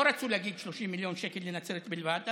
לא רצו להגיד 30 מיליון שקל לנצרת בלבד,